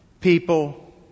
people